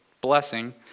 blessing